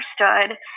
understood